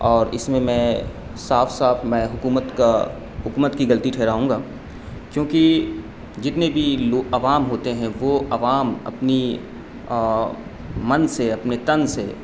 اور اس میں میں صاف صاف میں حکومت کا حکومت کی غلطی ٹھہراؤں گا کیونکہ جتنے بھی عوام ہوتے ہیں وہ عوام اپنی من سے اپنے تن سے